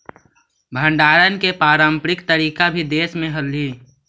भण्डारण के पारम्परिक तरीका भी देश में हलइ